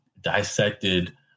dissected